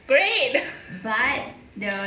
great